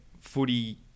footy